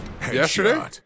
Yesterday